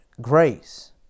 grace